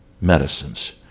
medicines